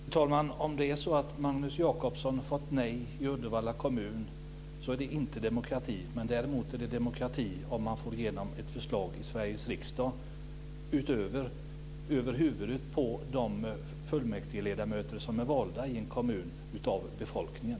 Fru talman! Om det är så att Magnus Jacobsson har fått nej i Uddevalla kommun är det inte demokrati. Däremot är det demokrati att få igenom ett förslag i Sveriges riksdag, över huvudet på de fullmäktigeledamöter som är valda av befolkningen i en kommun.